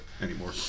anymore